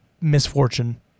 misfortune